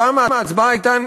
הפעם ההצבעה הייתה,